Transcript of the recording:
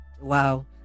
wow